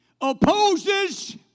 opposes